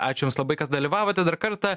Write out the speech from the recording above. ačiū jums labai kad dalyvavote dar kartą